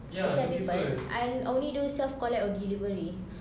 to sell people I only do self collect or delivery